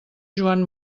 joan